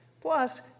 Plus